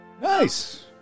Nice